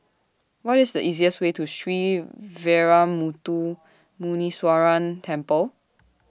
What IS The easiest Way to Sree Veeramuthu Muneeswaran Temple